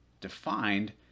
defined